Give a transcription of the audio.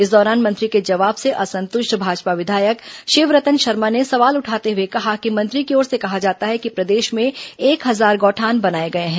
इस दौरान मंत्री के जवाब से असंतुष्ट भाजपा विधायक शिवरतन शर्मा ने सवाल उठाते हुए कहा कि मंत्री की ओर से कहा जाता है कि प्रदेश में एक हजार गौठान बनाए गए हैं